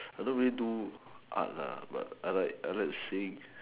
I don't really do art but I like seeing